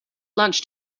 lunch